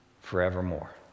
forevermore